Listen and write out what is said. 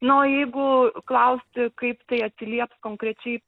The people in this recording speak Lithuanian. na o jeigu klausti kaip tai atsilieps konkrečiai